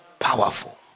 Powerful